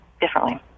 differently